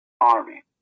army